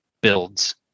builds